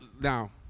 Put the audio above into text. now